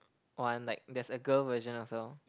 one like there's a girl version also